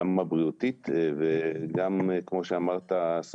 גם הבריאותית וגם כמו שאמרת,